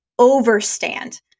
overstand